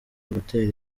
gutera